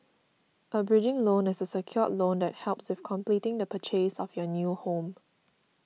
a bridging loan is a secured loan that helps with completing the purchase of your new home